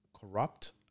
corrupt